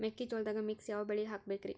ಮೆಕ್ಕಿಜೋಳದಾಗಾ ಮಿಕ್ಸ್ ಯಾವ ಬೆಳಿ ಹಾಕಬೇಕ್ರಿ?